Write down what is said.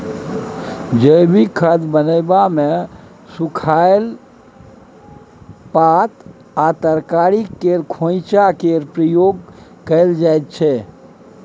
जैबिक खाद बनाबै मे सुखलाहा पात आ तरकारी केर खोंइचा केर प्रयोग कएल जाइत छै